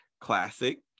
classic